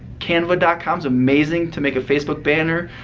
canva com's amazing to make a facebook banner.